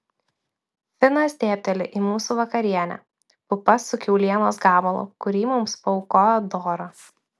finas dėbteli į mūsų vakarienę pupas su kiaulienos gabalu kurį mums paaukojo dora